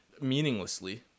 meaninglessly